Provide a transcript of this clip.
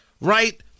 Right